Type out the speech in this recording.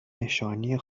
نشانی